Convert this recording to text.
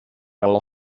all